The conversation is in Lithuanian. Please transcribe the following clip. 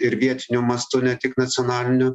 ir vietiniu mastu ne tik nacionaliniu